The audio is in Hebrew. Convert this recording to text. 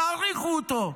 תאריכו אותו,